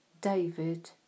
David